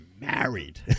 married